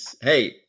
hey